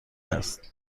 است